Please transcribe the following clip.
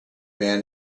man